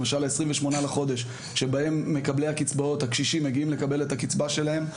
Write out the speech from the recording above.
למשל ה-28 בחודש שבהם מקבלי הקצבאות הקשישים מגיעים לקבל את הקצבה שלהם,